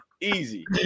Easy